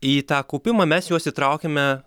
į tą kaupimą mes juos įtraukiame